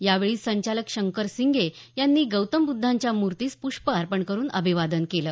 यावेळी संचालक शंकर सिंगे यांनी गौतम बुद्धाच्यां मूर्तीस प्रष्प अर्पण करून अभिवादन केलं